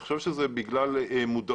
אני חושב שזה בגלל מודעות,